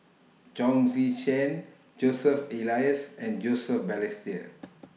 Chong Tze Chien Joseph Elias and Joseph Balestier